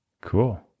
Cool